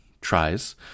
tries